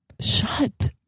shut